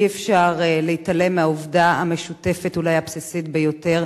אי-אפשר להתעלם מהעובדה המשותפת אולי הבסיסית ביותר: